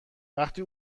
وقتی